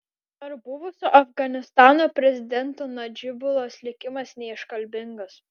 ar buvusio afganistano prezidento nadžibulos likimas neiškalbingas